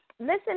Listen